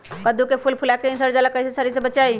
कददु के फूल फुला के ही सर जाला कइसे सरी से बचाई?